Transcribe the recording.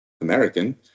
American